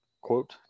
quote